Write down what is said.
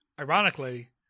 Ironically